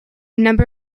number